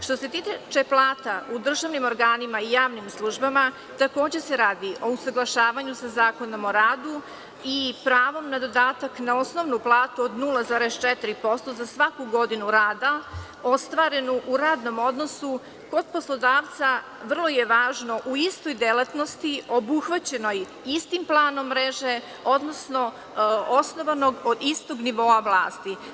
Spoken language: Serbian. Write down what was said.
Što se tiče plata u državnim organima i javnim službama, takođe se radi o usaglašavanju sa Zakonom o radu i pravom na dodatak na osnovnu platu od 0,4% za svaku godinu rada, ostvarenu u radnom odnosu kod poslodavca, vrlo je važno, u istoj delatnosti, obuhvaćenoj istim planom mreže, odnosno osnovanog kod istog nivoa vlasti.